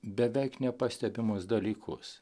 beveik nepastebimus dalykus